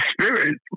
spirit